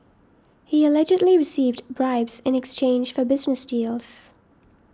he allegedly received bribes in exchange for business deals